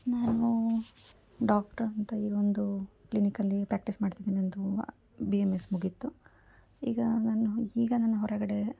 ನಾನು ಡಾಕ್ಟರ್ ಅಂತ ಇಲ್ಲೊಂದು ಕ್ಲಿನಿಕ್ಕಲ್ಲಿ ಪ್ರ್ಯಾಕ್ಟೀಸ್ ಮಾಡ್ತಿದೀನಿ ನನ್ನದು ಬಿ ಎಮ್ ಎಸ್ ಮುಗೀತು ಈಗ ನಾನು ಈಗ ನಾನು ಹೊರಗಡೆ